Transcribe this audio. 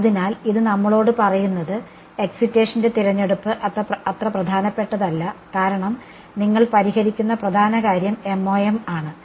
അതിനാൽ ഇത് നമ്മളോട് പറയുന്നത് എക്സിറ്റേഷന്റെ തിരഞ്ഞെടുപ്പ് അത്ര പ്രധാനപ്പെട്ടതല്ല കാരണം നിങ്ങൾ പരിഹരിക്കുന്ന പ്രധാന കാര്യം MoM ആണ്